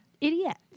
idiot